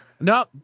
No